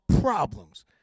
problems